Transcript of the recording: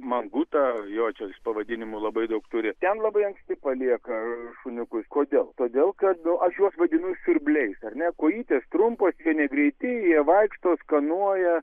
mangutą jo čia jis pavadinimų labai daug turi ten labai anksti palieka šuniukus kodėl todėl kad aš juos vadinu siurbliais ar ne kojytės trumpos vieni greiti jie vaikšto skanuoja